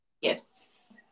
Yes